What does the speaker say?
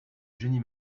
génie